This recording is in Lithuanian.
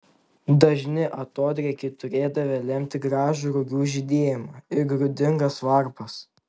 dažni atodrėkiai turėdavę lemti gražų rugių žydėjimą ir grūdingas varpas